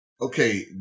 okay